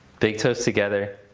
big toes together,